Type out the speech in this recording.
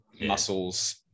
muscles